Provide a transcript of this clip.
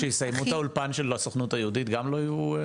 כשסיימו את האולפן של הסוכנות היהודית גם לא יהיו?